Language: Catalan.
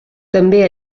també